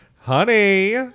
honey